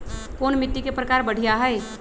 कोन मिट्टी के प्रकार बढ़िया हई?